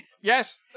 Yes